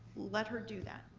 let her do that.